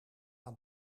aan